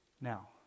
Now